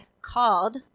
called